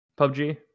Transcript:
PUBG